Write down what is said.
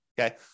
Okay